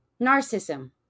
narcissism